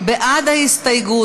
בעד ההסתייגות,